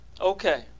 okay